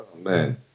man